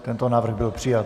Tento návrh byl přijat.